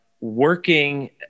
working